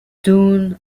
dunn